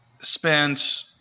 spent